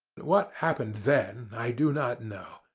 what happened then i do not know.